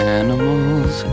animals